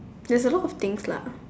there's a lot of things lah